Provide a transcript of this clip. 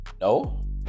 No